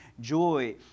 joy